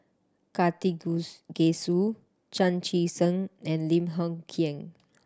Chan Chee Seng and Lim Hng Kiang